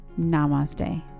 Namaste